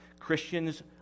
Christians